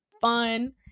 Fun